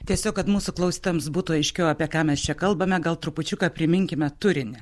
tiesiog kad mūsų klausytojams būtų aiškiau apie ką mes čia kalbame gal trupučiuką priminkime turinį